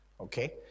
okay